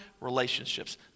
Relationships